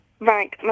Right